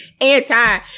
anti